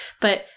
but-